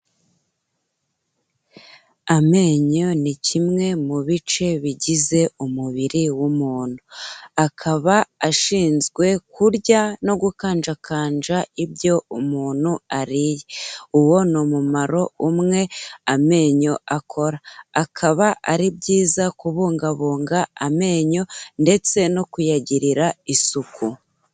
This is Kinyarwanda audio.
Amenyo ni kimwe mu bice bigize umubiri w'umuntu. Akaba ashinzwe kurya no gukanjakanja ibyo umuntu ariye. Uwo ni umumaro umwe amenyo akora. Akaba ari byiza kubungabunga amenyo ndetse no kuyagirira isuku.